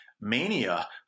mania